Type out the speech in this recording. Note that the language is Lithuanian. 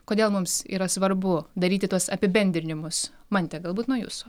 kodėl mums yra svarbu daryti tuos apibendrinimus mante galbūt nuo jūsų